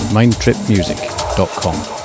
mindtripmusic.com